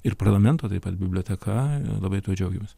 ir parlamento taip pat biblioteka labai tuo džiaugiuos